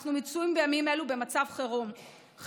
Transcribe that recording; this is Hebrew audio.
אנחנו מצויים בימים אלו במצב חירום.